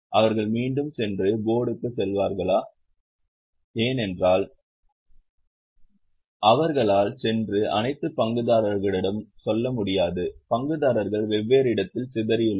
அவர்கள் மீண்டும் சென்று போர்டுக்குச் சொல்வார்களா ஏனென்றால் அவர்களால் சென்று அனைத்து பங்குதாரர்களிடமும் சொல்ல முடியாது பங்குதாரர்கள் வெவ்வேறு இடத்தில் சிதறியுள்ளனர்